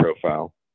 profile